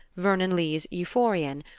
vernon lee's euphorion,